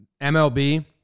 MLB